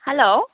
hello